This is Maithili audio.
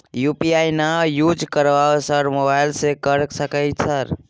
यु.पी.आई ना यूज करवाएं सर मोबाइल से कर सके सर?